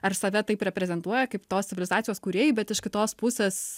ar save taip reprezentuoja kaip tos civilizacijos kūrėjai bet iš kitos pusės